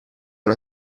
una